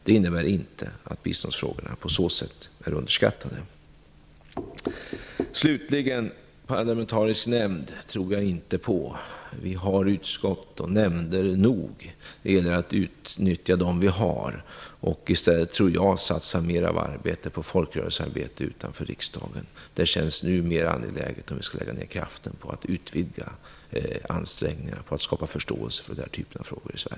Det innebär inte att biståndsfrågorna på så sätt är underskattade. Någon parlamentarisk nämnd tror jag inte på. Vi har utskott och nämnder nog, och det gäller nu att utnyttja dem vi har. I stället tror jag att vi bör satsa mer på folkrörelsearbete utanför riksdagen. Det känns nu mer angeläget, om vi skall lägga ner kraften på att utvidga ansträngningarna på att i Sverige skapa förståelse för den här typen av frågor.